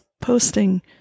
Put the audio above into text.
posting